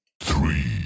Three